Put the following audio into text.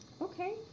Okay